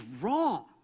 wrong